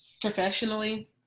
professionally